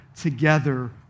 together